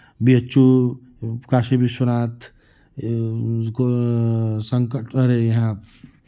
B H U Kashi Vishwanath संकट और यहाँ